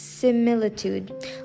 similitude